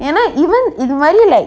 ஏன்னா:eanna even இது வரி:ithu vari like